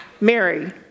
Mary